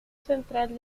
central